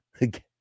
again